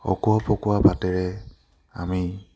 অকোৱা পকোৱা বাটেৰে আমি